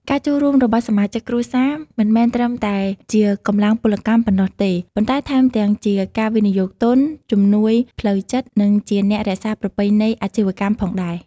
ការចូលរួមរបស់សមាជិកគ្រួសារមិនមែនត្រឹមតែជាកម្លាំងពលកម្មប៉ុណ្ណោះទេ ប៉ុន្តែថែមទាំងជាការវិនិយោគទុន ជំនួយផ្លូវចិត្ត និងជាអ្នករក្សាប្រពៃណីអាជីវកម្មផងដែរ។